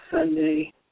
Sunday